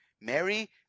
Mary